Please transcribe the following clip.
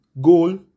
goal